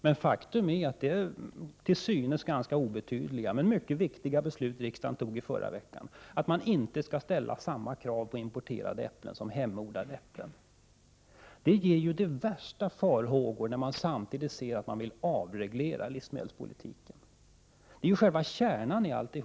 Men faktum är att det till synes ganska obetydliga men mycket viktiga beslut som riksdagen fattade i förra veckan, dvs. att man inte skall ställa samma krav på importerade äpplen som på inhemskt odlade äpplen, inger de värsta farhågor när det samtidigt sägs att man vill avreglera livsmedelspolitiken. Det är ju själva kärnan i allt.